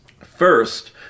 First